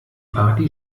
party